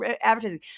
advertising